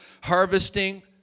harvesting